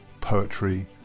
poetry